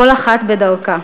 כל אחת בדרכה.